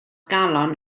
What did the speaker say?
galon